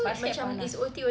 macam last